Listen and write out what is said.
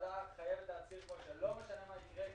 הוועדה חייבת להצהיר פה שלא משנה מה יקרה,